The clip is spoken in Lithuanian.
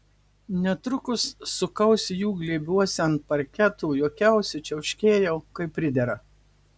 netrukus sukausi jų glėbiuose ant parketo juokiausi čiauškėjau kaip pridera